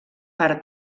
per